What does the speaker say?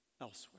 elsewhere